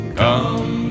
come